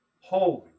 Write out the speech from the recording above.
Holy